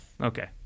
Okay